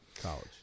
college